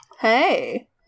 Hey